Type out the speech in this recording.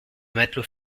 matelot